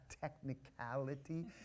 technicality